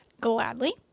Gladly